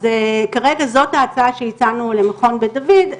אז כרגע זאת ההצעה שהצענו למכון בית דוד.